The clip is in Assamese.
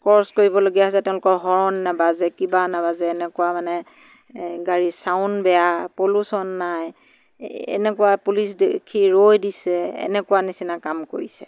ক্ৰছ কৰিবলগীয়া হৈছে তেওঁলোকৰ হৰ্ণ নাবাজে কিবা নাবাজে এনেকুৱা মানে এ গাড়ীৰ চাউণ্ড বেয়া পলিউচন নাই এনেকুৱা পুলিচ দেখি ৰৈ দিছে এনেকুৱা নিচিনা কাম কৰিছে